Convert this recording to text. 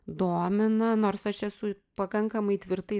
domina nors aš esu pakankamai tvirtai